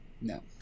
No